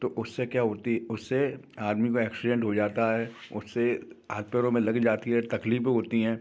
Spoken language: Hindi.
तो उससे क्या होता उससे आदमी का एक्सीडेंट हो जाता है उससे हाथ पैरों में लग जाती है तकलीफ़ें होती हैं